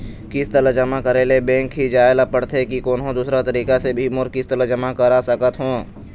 किस्त ला जमा करे ले बैंक ही जाए ला पड़ते कि कोन्हो दूसरा तरीका से भी मोर किस्त ला जमा करा सकत हो?